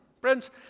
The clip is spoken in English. Friends